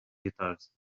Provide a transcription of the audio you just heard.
guitars